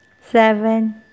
seven